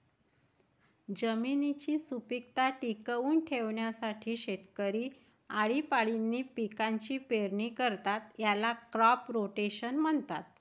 जमिनीची सुपीकता टिकवून ठेवण्यासाठी शेतकरी आळीपाळीने पिकांची पेरणी करतात, याला क्रॉप रोटेशन म्हणतात